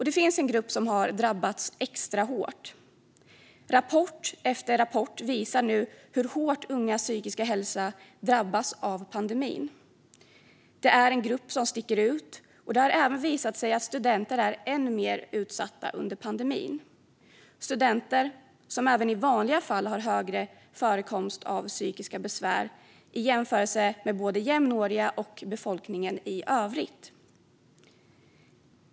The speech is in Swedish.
Det finns en grupp som har drabbats extra hårt. Rapport efter rapport visar nu hur hårt ungas psykiska hälsa drabbas av pandemin. Det är en grupp som sticker ut, och det är studenter, som har visat sig vara än mer utsatta under pandemin. Bland studenter är förekomsten av psykiska besvär även i vanliga fall större i jämförelse med både jämnåriga och befolkningen i övrigt.